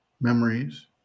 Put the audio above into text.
memories